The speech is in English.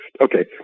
okay